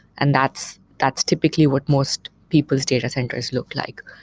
and that's that's typically what most people's data centers look like.